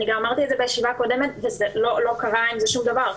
אני גם אמרתי את זה בישיבה קודמת ולא קרה עם זה שום דבר.